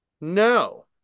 No